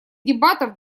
дебатов